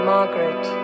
Margaret